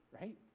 right